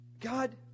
God